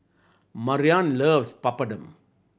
Marian loves Papadum